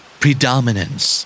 predominance